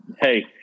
Hey